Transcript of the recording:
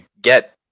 get